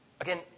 Again